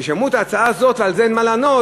כששמעו את ההצעה הזאת, ועל זה אין מה לענות,